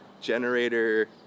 generator